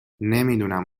نمیدونم